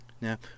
Now